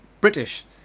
British